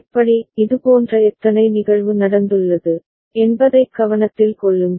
எப்படி இதுபோன்ற எத்தனை நிகழ்வு நடந்துள்ளது என்பதைக் கவனத்தில் கொள்ளுங்கள்